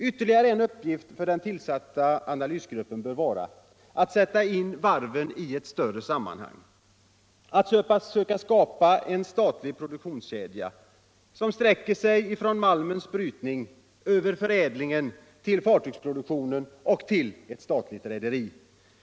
Ytterligare en uppgift för den tillsatta analysgruppen bör vara att sätta in varven i ett större sammanhang, att söka skapa en statlig produktionskedja som 'sträcker sig från malmens brytning över förädlingen till fartygsproduktionen och ett statligt rederi.